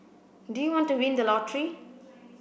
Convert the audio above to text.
do you want to win the lottery